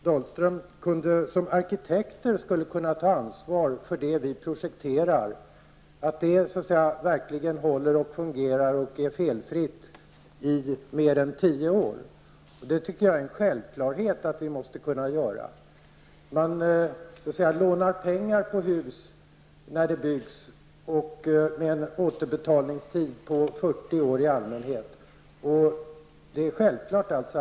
Dahlström som arkitekter kan ta ansvar för det som vi projekterar, att det verkligen håller, fungerar och är felfritt i mer än tio år. Det är en självklarhet att vi måste kunna ta det ansvaret. Man lånar pengar till hus när de byggs med en återbetalningstid på i allmänhet 40 år.